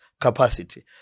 capacity